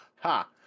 ha